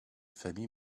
familles